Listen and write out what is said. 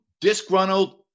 disgruntled